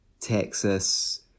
Texas